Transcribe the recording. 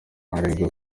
aregwa